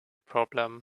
problem